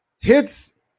hits